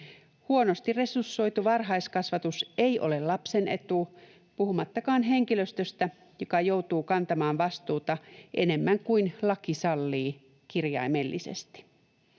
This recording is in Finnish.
Huonosti resursoitu varhaiskasvatus ei ole lapsen etu, puhumattakaan henkilöstöstä, joka joutuu kantamaan vastuuta enemmän kuin laki sallii, kirjaimellisesti.